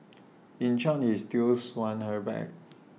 in short he stills wants her back